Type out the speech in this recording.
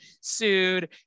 sued